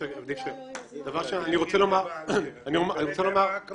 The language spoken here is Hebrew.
או להגיש לך את זה בכתב?